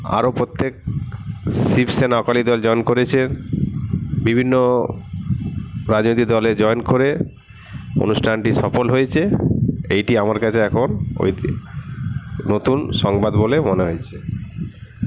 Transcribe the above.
আরো প্রত্যেক শিবসেনা অকালি দল জয়েন করেছে বিভিন্ন রাজনীতি দলে জয়েন করে অনুষ্ঠানটি সফল হয়েছে এইটি আমার কাছে এখন ঐতি নতুন সংবাদ বলে মনে হয়েছে